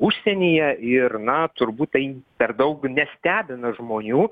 užsienyje ir na turbūt tai per daug nestebina žmonių